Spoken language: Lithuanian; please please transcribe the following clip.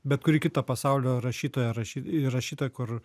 bet kurį kitą pasaulio rašytoją rašy i rašytoją kur